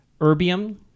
erbium